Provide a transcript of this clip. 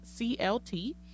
CLT